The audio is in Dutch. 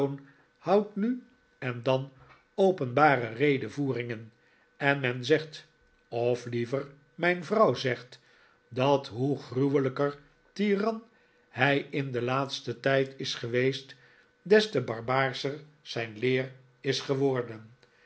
houdt nu en dan openbare redevoeringen en men zegt of liever mijn vrouw zegt dat hoe gruwelijker tiran hij in den laatsten tijd is geweest des te barbaarscher zijn leer is geworden